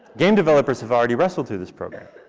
game developers have already wrestled through this program.